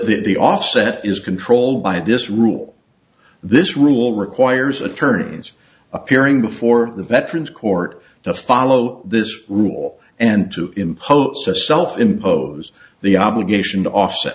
the offset is controlled by this rule this rule requires attorneys appearing before the veterans court to follow this rule and to impose a self imposed the obligation to